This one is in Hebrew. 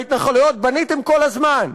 בהתנחלויות בניתם כל הזמן.